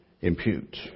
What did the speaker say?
impute